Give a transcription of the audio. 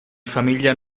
famiglia